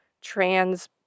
trans